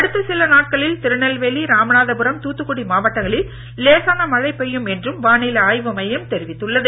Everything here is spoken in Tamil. அடுத்த சில நாட்களில் திருநெல்வேலி ராமநாதபுரம் தூத்துக்குடி மாவட்டங்களில் லேசான மழை பெய்யும் என்றும் வானிலை ஆய்வு மையம் தெரிவித்துள்ளது